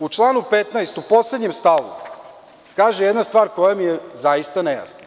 U članu 15, u poslednjem stavu kaže se jedna stvar koja mi je zaista nejasna.